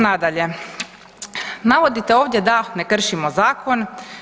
Nadalje, navodite ovdje da ne kršimo zakon.